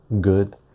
good